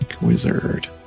Wizard